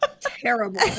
terrible